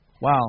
Wow